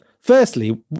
firstly